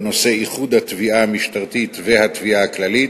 בנושא איחוד התביעה המשטרתית והתביעה הכללית,